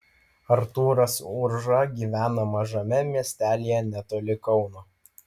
artūras urža gyvena mažame miestelyje netoli kauno